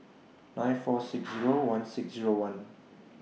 nine four six Zero one six Zero one